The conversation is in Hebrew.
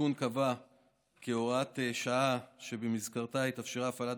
התיקון קבע הוראת שעה שבמסגרתה התאפשרה הפעלת